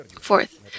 Fourth